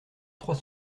trois